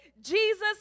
Jesus